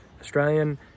Australian